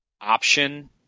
option